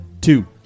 Two